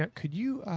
ah could you,